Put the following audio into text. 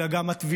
אלא גם התביעה,